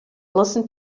listen